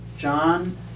John